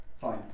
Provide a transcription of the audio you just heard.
Fine